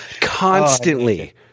Constantly